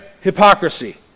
Hypocrisy